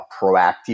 proactive